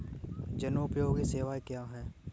जनोपयोगी सेवाएँ क्या हैं?